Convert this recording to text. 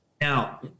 Now